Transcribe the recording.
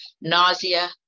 nausea